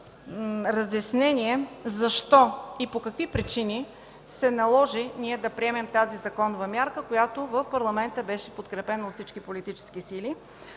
разяснение защо и по какви причини се наложи ние да приемем тази законова мярка, която в Парламента беше подкрепена от всички политически сили.